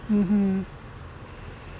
mmhmm